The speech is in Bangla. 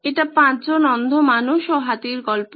এটি 5 জন অন্ধ মানুষ ও হাতির গল্প